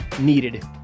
needed